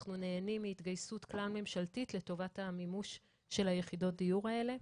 אנחנו נהנים מהתגייסות כלל-ממשלתית לטובת המימוש של יחידות הדיור האלה.